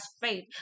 faith